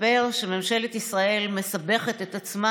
מסתבר שממשלת ישראל מסבכת את עצמה